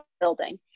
building